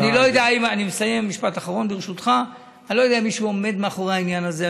אני לא יודע אם מישהו עומד מאחורי העניין הזה,